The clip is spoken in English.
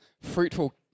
Fruitful